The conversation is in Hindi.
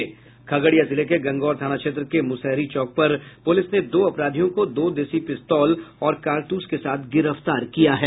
खगड़िया जिले के गंगौर थाना क्षेत्र के मुशहरी चौक पर पुलिस ने दो अपराधियों को दो देसी पिस्तौल और कारतूस के साथ गिरफ्तार किया है